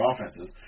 offenses